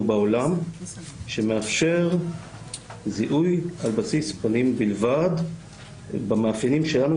בעולם שמאפשר זיהוי על בסיס פנים בלבד במאפיינים שלנו,